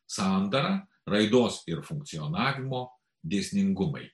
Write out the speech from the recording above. sandara raidos ir funkcionavimo dėsningumai